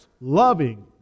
loving